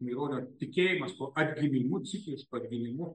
maironio tikėjimas tuo atgimimu ciklišku atgimimu